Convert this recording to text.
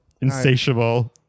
insatiable